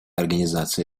организации